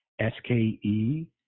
S-K-E